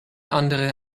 andere